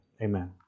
Amen